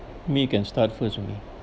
me can start first with me